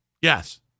Yes